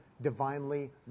divinely